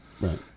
Right